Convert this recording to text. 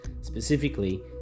Specifically